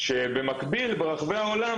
כשבמקביל ברחבי העולם,